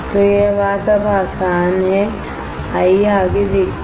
तो यह बात अब आसान है आइए आगे देखते हैं